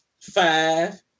Five